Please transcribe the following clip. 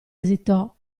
esitò